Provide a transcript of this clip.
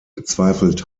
bezweifelt